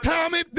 Tommy